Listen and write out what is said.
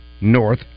North